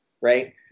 right